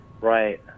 Right